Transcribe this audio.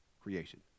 creation